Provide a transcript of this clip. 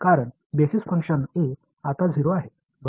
कारण basis function a आता 0 आहे